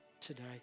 today